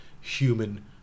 human